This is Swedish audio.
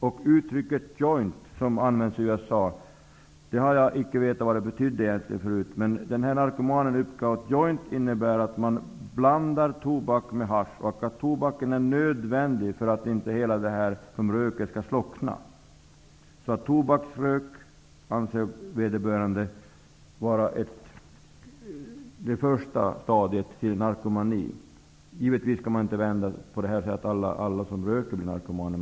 Och han upplyste mig om att uttrycket joint, som används i USA, som jag tidigare inte har vetat vad det betyder, innebär att man blandar tobak med hasch och att tobaken är nödvändig för att det hela inte skall slockna. Vederbörande anser alltså att tobaksrökning är det första stadiet till narkomani. Givetvis kan man inte vända på detta och säga att alla som röker blir narkomaner.